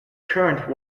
current